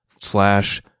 slash